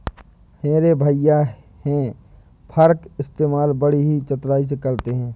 मेरे भैया हे फार्क इस्तेमाल बड़ी ही चतुराई से करते हैं